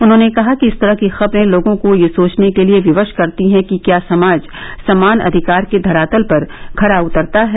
उन्होंने कहा कि इस तरह की खबरें लोगों को यह सोचने के लिए विवश करती हैं कि क्या समाज समान अधिकार के धरातल पर खरा उतरता है